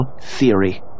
theory